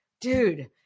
dude